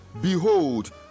behold